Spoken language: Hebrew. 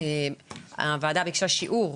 הוועדה ביקשה שיעור,